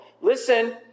listen